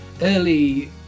early